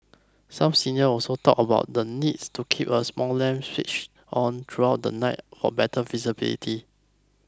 some senior also talked about the needs to keep a small lamp switch on throughout the night for better visibility